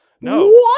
No